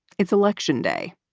it's election day.